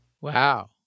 Wow